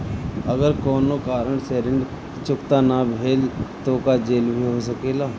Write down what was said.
अगर कौनो कारण से ऋण चुकता न भेल तो का जेल भी हो सकेला?